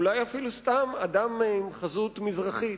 אולי אפילו סתם אדם עם חזות מזרחית,